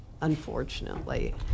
Unfortunately